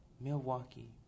milwaukee